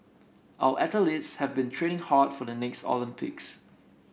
our athletes have been training hard for the next Olympics